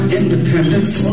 independence